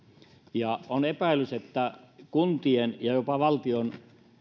on epäilys että kuntien ja jopa valtion